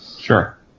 Sure